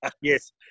Yes